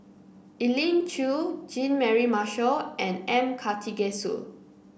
Elim Chew Jean Mary Marshall and M Karthigesu